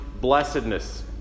blessedness